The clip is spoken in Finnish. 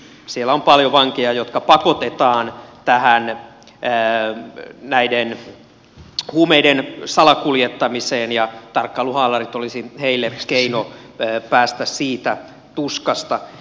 siellä on paljon vankeja jotka pakotetaan huumeiden salakuljettamiseen ja tarkkailuhaalarit olisivat heille keino päästä siitä tuskasta